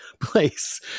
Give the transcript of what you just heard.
place